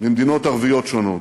ממדינות ערביות שונות,